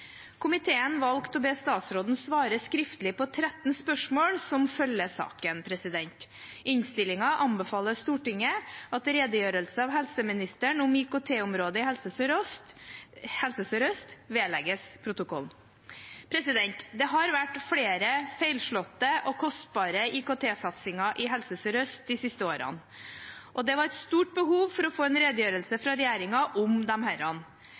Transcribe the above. Komiteen valgte å be statsråden svare skriftlig på 13 spørsmål, som følger saken. Innstillingen anbefaler Stortinget at redegjørelse av helseministeren om IKT-området i Helse Sør-Øst vedlegges protokollen. Det har vært flere feilslåtte og kostbare IKT-satsinger i Helse Sør-Øst de siste årene, og det var et stort behov for å få en redegjørelse fra regjeringen om